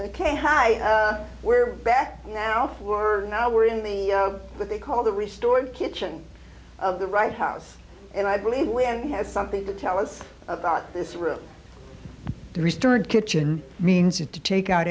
hi we're back now we're now we're in the what they call the restored kitchen of the right house and i believe wind has something to tell us about this room restored kitchen means to take out